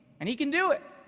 and he can do it,